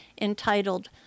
entitled